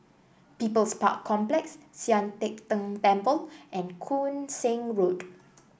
People's Park Complex Sian Teck Tng Temple and Koon Seng Road